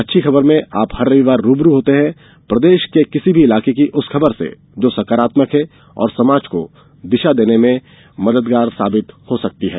अच्छी खबरमें आप हर रविवार रूबरू होते हैं प्रदेश के किसी भी इलाके की उस खबर से जो सकारात्मक है और समाज को दिशा देने में मददगार हो सकती है